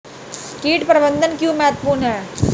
कीट प्रबंधन क्यों महत्वपूर्ण है?